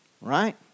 Right